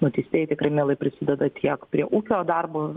nuteistieji tikrai mielai prisideda tiek prie ūkio darbo